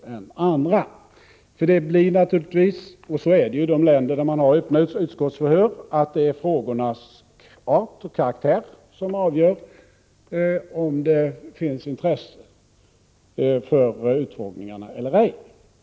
Det kommer naturligtvis att bli frågornas art och karaktär — så är det i de länder där man har öppna utskottsförhör — som avgör om det finns intresse för utfrågningarna eller ej.